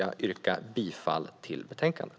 Jag yrkar bifall till förslaget i betänkandet.